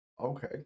Okay